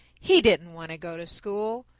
he didn't want to go to school.